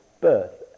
Birth